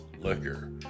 liquor